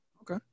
okay